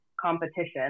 competition